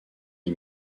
des